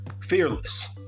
fearless